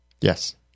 Yes